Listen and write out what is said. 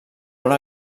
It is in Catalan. una